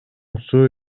суу